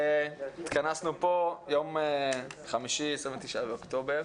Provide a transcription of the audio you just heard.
התכנסנו פה, יום חמישי, 29 באוקטובר.